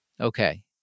Okay